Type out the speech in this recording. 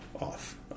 off